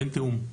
אין תיאום.